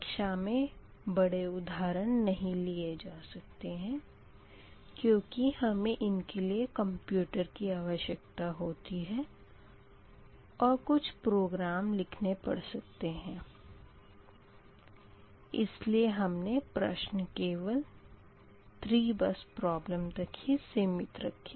कक्षा में बड़े उदाहरण नहीं लिए जा सकते हैं क्योंकि हमें इनके लिए कंप्यूटर की आवश्यकता होती है और कुछ प्रोग्राम लिखने पड़ सकते है इसलिए हमने प्रश्न केवल 3 बस प्रॉब्लम तक ही सीमित रखे